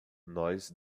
nós